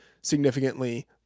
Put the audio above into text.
significantly